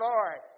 Lord